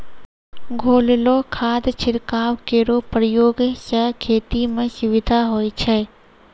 घोललो खाद छिड़काव केरो प्रयोग सें खेती म सुविधा होय छै